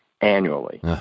Annually